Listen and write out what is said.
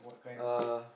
uh